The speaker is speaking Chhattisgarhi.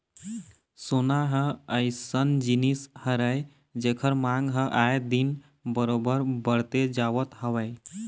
सोना ह अइसन जिनिस हरय जेखर मांग ह आए दिन बरोबर बड़ते जावत हवय